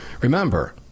Remember